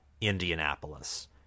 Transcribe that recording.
indianapolis